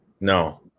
No